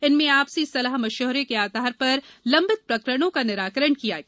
इनमें आपसी सलाह मशविरे के आधार पर लम्बित प्रकरणों का निराकरण किया गया